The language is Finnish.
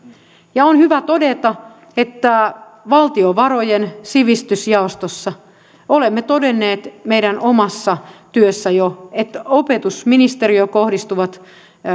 on hyvä todeta että valtiovarojen sivistysjaostossa olemme todenneet jo meidän omassa työssämme että opetusministeriöön kohdistuvat